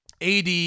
AD